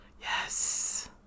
Yes